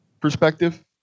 perspective